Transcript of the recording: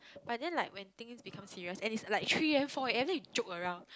but then like when things become serious and it's like three A_M four A_M then you joke around